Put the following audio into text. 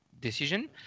decision